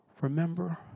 Remember